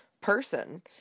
person